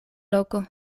loko